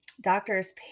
doctor's